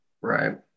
Right